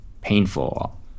painful